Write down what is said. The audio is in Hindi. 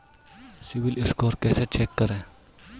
सिबिल स्कोर कैसे चेक करें?